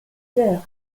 terres